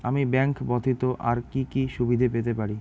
আমি ব্যাংক ব্যথিত আর কি কি সুবিধে পেতে পারি?